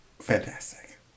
Fantastic